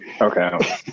Okay